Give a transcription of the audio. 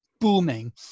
booming